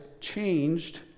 changed